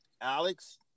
Alex